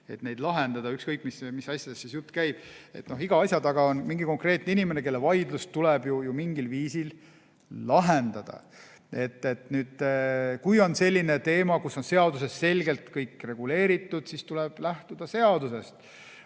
neid lahendada, ükskõik mis asjadest jutt ka ei käi. Iga asja taga on mingi konkreetne inimene, kelle vaidlus tuleb mingil viisil lahendada. Kui on selline teema, mille puhul on seaduses selgelt kõik reguleeritud, siis tuleb lähtuda seadusest.